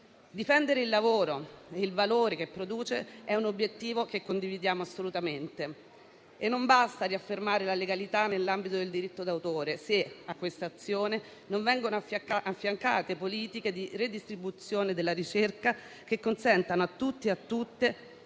Difendere il lavoro, il valore che produce, è un obiettivo che condividiamo assolutamente. E non basta riaffermare la legalità nell'ambito del diritto d'autore se, a quest'azione, non vengono affiancate politiche di redistribuzione della ricerca, che consentano a tutti e a tutte,